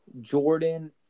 Jordan